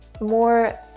more